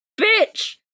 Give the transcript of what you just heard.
bitch